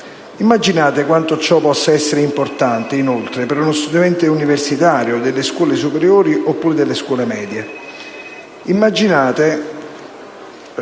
Immaginate quanto ciò possa essere importante, inoltre, per uno studente universitario, delle scuole superiori oppure delle scuole medie. Immaginate